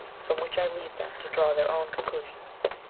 from which i leave them to draw their own conclusions